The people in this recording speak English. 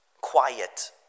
quiet